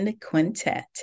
Quintet